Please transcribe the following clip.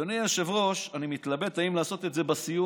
אדוני היושב-ראש אני מתלבט אם לעשות את זה בסיום.